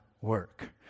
work